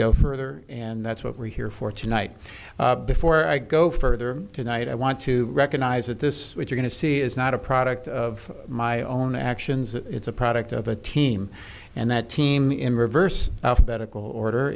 go further and that's what we're here for tonight before i go further tonight i want to recognize that this we're going to see is not a product of my own actions it's a product of a team and that team in reverse alphabetical order